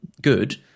good